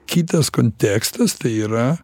kitas kontekstas tai yra